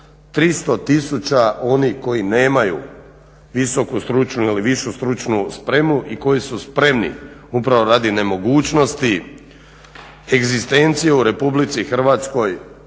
300000 onih koji nemaju visoku stručnu ili višu stručnu spremu i koji su spremni upravo radi nemogućnosti egzistencije u Republici Hrvatskoj